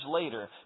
later